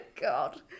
god